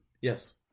Yes